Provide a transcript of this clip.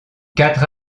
quatre